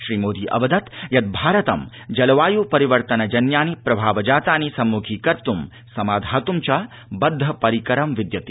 श्रीमोदी अवदत् यत् यद् भारतं जलवाय् परिवर्तन जन्यानि प्रभाव जातानि संम्खीकर्त् समाधातं च बद्धपरिकरं विद्यते